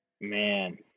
Man